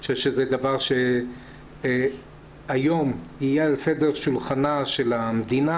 אני חושב שזה דבר שהיום יהיה על סדר שולחנה של המדינה,